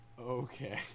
Okay